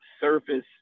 surface